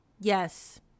yes